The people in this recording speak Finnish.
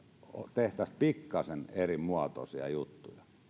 tehtäisiin pikkasen erimuotoisia juttuja